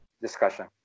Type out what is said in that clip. discussion